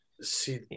See